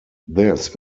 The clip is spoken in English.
this